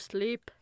Sleep